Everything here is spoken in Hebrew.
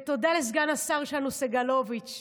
ותודה לסגן השר שלנו סגלוביץ',